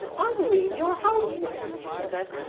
i believe you're homesick, she said.